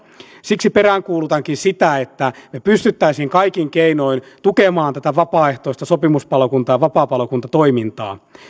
siksi peräänkuulutankin sitä että me pystyisimme kaikin keinoin tukemaan tätä vapaaehtoista sopimuspalokunta ja vapaapalokuntatoimintaa